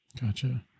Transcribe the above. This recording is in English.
Gotcha